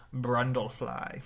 Brundlefly